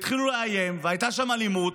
התחילו לאיים והייתה שם אלימות.